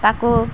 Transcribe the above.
ତା'କୁ